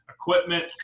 equipment